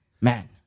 man